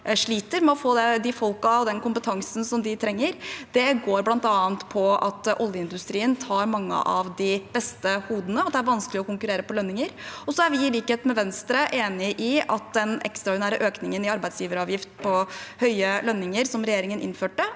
sliter med å få de folkene og den kompetansen de trenger, går på at oljeindustrien tar mange av de beste hodene, og det er vanskelig å konkurrere på lønninger. Så er vi enig med Venstre i at den ekstraordinære økningen i arbeidsgiveravgift på høye lønninger som regjeringen innførte,